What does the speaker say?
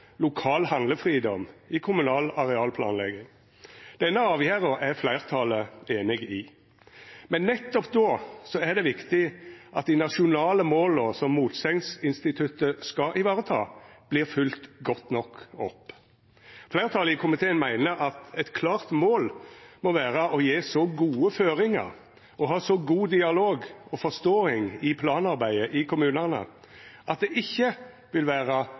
lokal handlefridom i kommunal arealplanlegging. Denne avgjerda er fleirtalet einig i. Men nettopp då er det viktig at dei nasjonale måla som motsegnsinstituttet skal vareta, vert følgde godt nok opp. Fleirtalet i komiteen meiner at eit klart mål må vera å gje så gode føringar og ha så god dialog og forståing i planarbeidet i kommunane at det ikkje vil vera